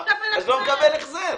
אני לא מקבל החזר.